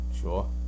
Sure